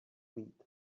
být